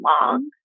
long